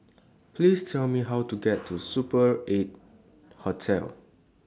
Please Tell Me How to get to Super eight Hotel